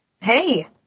Hey